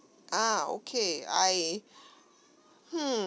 ah okay I hmm